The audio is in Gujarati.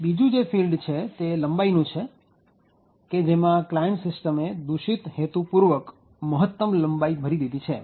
બીજું જે ફિલ્ડ છે તે લંબાઈનું છે કે જેમાં ક્લાયન્ટ સિસ્ટમે દુષિત હેતુ પૂર્વક મહત્તમ લંબાઈ ભરી દીધી છે